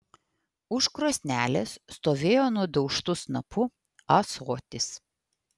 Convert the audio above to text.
už krosnelės stovėjo nudaužtu snapu ąsotis